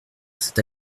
cette